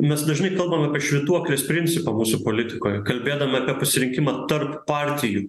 mes dažnai kalbam apie švytuoklės principą mūsų politikoj kalbėdami apie pasirinkimą tarp partijų